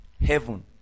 heaven